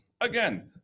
Again